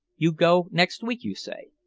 you go next week, you say?